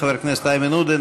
חבר הכנסת איימן עודה,